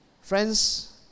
Friends